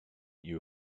you